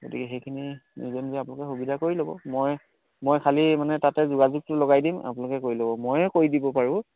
গতিকে সেইখিনি নিজে নিজে আপোনালোকে সুবিধা কৰি ল'ব মই মই খালী মানে তাতে যোগাযোগটো লগাই দিম আপোনালোকে কৰি ল'ব ময়ে কৰি দিব পাৰোঁ